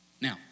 Now